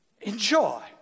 Enjoy